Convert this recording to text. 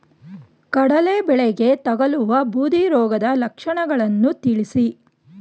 ಕಡಲೆ ಬೆಳೆಗೆ ತಗಲುವ ಬೂದಿ ರೋಗದ ಲಕ್ಷಣಗಳನ್ನು ತಿಳಿಸಿ?